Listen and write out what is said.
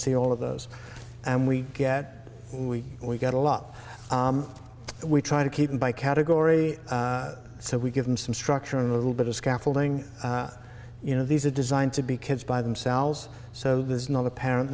see all of those and we get we we get a lot we try to keep them by category so we give them some structure a little bit of scaffolding you know these are designed to be kids by themselves so there's not a parent